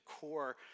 core